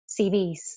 CVs